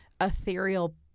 ethereal